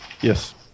Yes